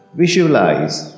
visualize